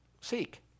seek